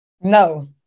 no